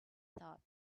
thought